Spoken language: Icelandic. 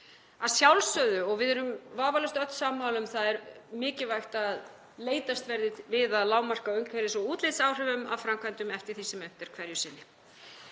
Að sjálfsögðu, og við erum vafalaust öll sammála um það, er mikilvægt að leitast verði við að lágmarka umhverfis- og útlitsáhrif af framkvæmdum eftir því sem unnt er hverju sinni.